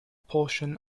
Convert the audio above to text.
portion